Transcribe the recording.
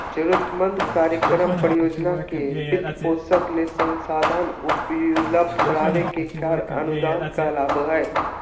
जरूरतमंद कार्यक्रम, परियोजना के वित्तपोषण ले संसाधन उपलब्ध कराबे के कार्य अनुदान कहलावय हय